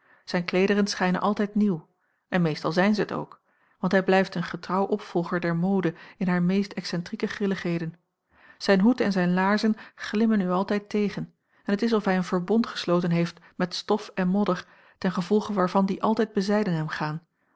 zijn kleederen schijnen altijd nieuw en meestal zijn zij t ook want hij blijft een getrouw opvolger der mode in haar meest excentrieke grilligheden zijn hoed en zijn laarzen glimmen u altijd tegen en t is of hij een verbond gesloten heeft met stof en modder ten gevolge waarvan die altijd bezijden hem gaan